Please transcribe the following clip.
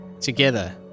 Together